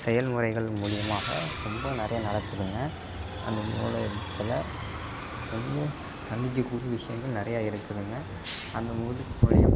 செயல் முறைகள் மூலிமாக ரொம்ப நிறைய நடக்குதுங்க சந்திக்கக்கூடிய விஷயங்கள் நிறைய இருக்குதுங்க அந்த மூலிமா